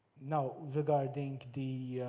now, regarding the